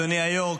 אדוני היו"ר.